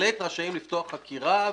בהחלט רשאים לפתוח חקירה.